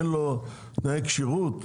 אין לו תנאי כשירות?